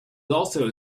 also